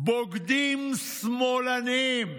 "בוגדים שמאלנים",